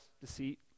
deceit